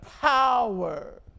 power